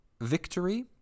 victory